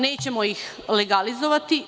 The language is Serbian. Nećemo ih legalizovati?